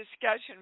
discussion